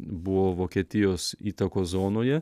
buvo vokietijos įtakos zonoje